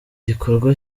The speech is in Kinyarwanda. gikorwa